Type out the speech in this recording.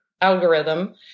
algorithm